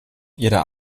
ihrer